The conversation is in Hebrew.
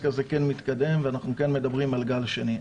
הזה כן מתקדם ואנחנו כן מדברים על גל שני.